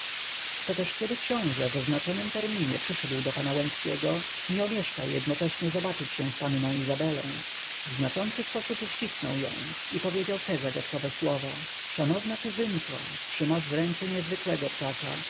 pospólstwa toteż kiedy książe w oznaczonym terminie przyszedł do pana łęckiego nie omieszkał jednocześnie zobaczyć się z panną izabelą w znaczący sposób uścisnął ją i powiedział te zagadkowe słowa szanowna kuzynko trzymasz w ręku niezwykłego ptaka